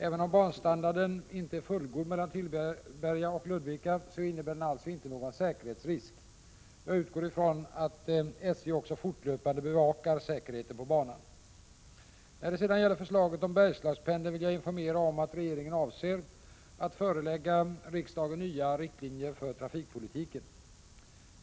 Även om banstandarden inte är fullgod mellan Tillberga och Ludvika innebär den alltså inte någon säkerhetsrisk. Jag utgår från att SJ också fortlöpande bevakar säkerheten på banan. När det sedan gäller förslaget om ”Bergslagspendeln” vill jag informera om att regeringen avser förelägga riksdagen nya riktlinjer för trafikpolitiken.